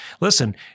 listen